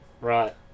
Right